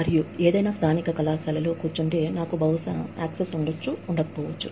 మరియు ఏదైనా స్థానిక కళాశాలలో కూర్చుంటే నాకు బహుశా యాక్సెస్ ఉండొచ్చు ఉండకపోవచ్చు